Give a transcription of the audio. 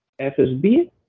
FSB